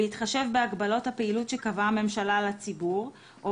בהתחשב בהגבלות הפעילות שקבעה הממשלה על הציבור או